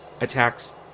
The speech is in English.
attacks